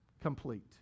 complete